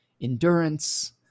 endurance